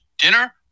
dinner